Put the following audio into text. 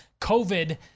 covid